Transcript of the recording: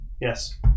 yes